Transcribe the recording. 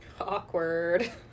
Awkward